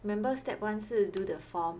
remember step one 是 do the form